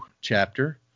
chapter